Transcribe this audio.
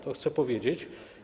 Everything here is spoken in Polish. To chcę powiedzieć.